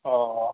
हा